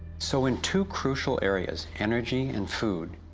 so in two srucial areas, energy and food,